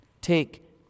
take